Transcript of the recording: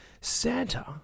Santa